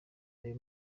aya